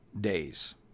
days